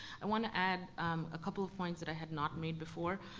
i wanna add a couple of points that i had not made before.